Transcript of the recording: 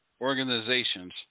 organizations